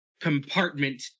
compartment